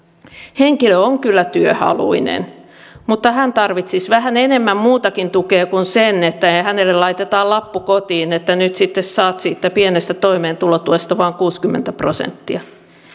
henkilö on kyllä työhaluinen mutta hän tarvitsisi vähän enemmän muutakin tukea kuin sen että hänelle laitetaan lappu kotiin että nyt sitten saat siitä pienestä toimeentulotuesta vain kuusikymmentä prosenttia